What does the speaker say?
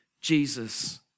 Jesus